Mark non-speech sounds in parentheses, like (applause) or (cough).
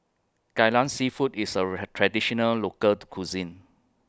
Kai Lan Seafood IS A (unintelligible) Traditional Local Cuisine